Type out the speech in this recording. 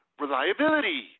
reliability